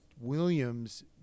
Williams